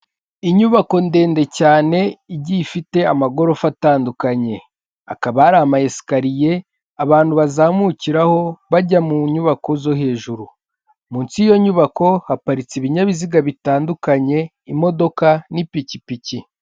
Inyubako ndende cyane igiye ifite amagorofa atandukanye hakaba hari amayesakariye abantu bazamukiraho bajya mu nyubako zo hejuru, munsi y'iyo nyubako haparitse ibinyabiziga bitandukanye imodoka n'ipikipiki.